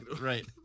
Right